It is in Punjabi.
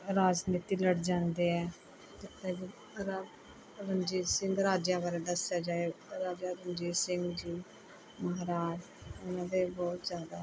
ਰਾਜਨੀਤੀ ਲੜ ਜਾਂਦੇ ਹੈ ਰਣਜੀਤ ਸਿੰਘ ਰਾਜਾ ਬਾਰੇ ਦੱਸਿਆ ਜਾਏ ਰਾਜਾ ਰਣਜੀਤ ਸਿੰਘ ਜੀ ਮਹਾਰਾਜ ਉਨ੍ਹਾਂ ਦੇ ਬਹੁਤ ਜ਼ਿਆਦਾ